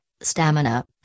stamina